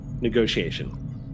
negotiation